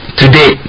today